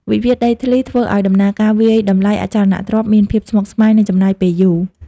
វិវាទដីធ្លីធ្វើឱ្យដំណើរការវាយតម្លៃអចលនទ្រព្យ មានភាពស្មុគស្មាញ និងចំណាយពេលយូរ។